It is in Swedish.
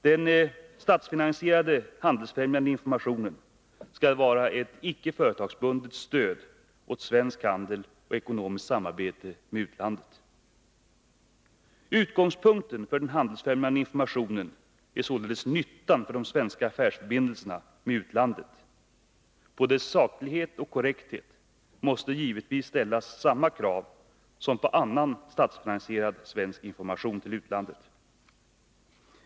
Den statsfinansierade, handelsfrämjande informationen skall vara ett icke företagsbundet stöd åt svensk handel och ekonomiskt samarbete med utlandet. Utgångspunkten för den handelsfrämjande informationen är således nyttan för de svenska affärsförbindelserna med utlandet. På dess saklighet och korrekthet måste givetvis ställas samma krav som på annan statsfinansierad svensk information till utlandet.